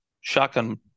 shotgun